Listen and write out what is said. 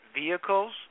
vehicles